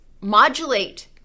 modulate